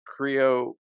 Creo